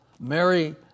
Mary